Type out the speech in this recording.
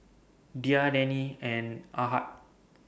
Dhia Danial and Ahad